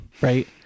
Right